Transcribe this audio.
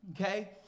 Okay